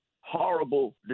horrible